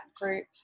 group